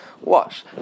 watch